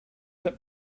that